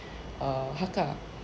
err hakka